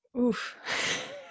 oof